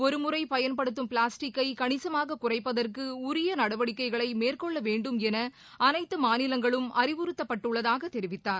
ஒரு முறை பயன்படுத்தும் பிளாஸ்டிக்கை கணிசமாக குறைப்பதற்கு உரிய நடவடிக்கைகளை மேற்கொள்ள வேண்டும் என அனைத்து மாநிலங்களும் அறிவுறுத்தப்பட்டுள்ளதாக தெரிவித்தார்